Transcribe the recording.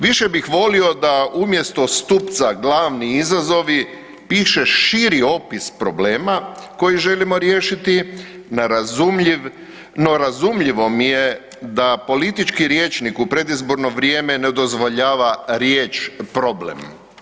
Više bih volio da umjesto stupca glavni izazovi piše širi opis problema koji želimo riješiti na razumljiv, no razumljivo mi je da politički rječnik u predizborno vrijeme ne dozvoljava riječ problem.